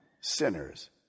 sinners